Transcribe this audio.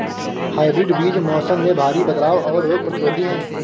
hybrid बीज मौसम में भारी बदलाव और रोग प्रतिरोधी हैं